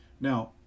Now